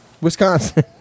wisconsin